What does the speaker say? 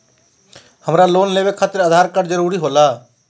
हमरा लोन लेवे खातिर आधार कार्ड जरूरी होला?